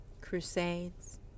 crusades